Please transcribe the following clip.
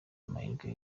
amahirwe